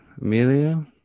Amelia